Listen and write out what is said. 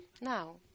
Now